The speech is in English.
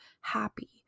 happy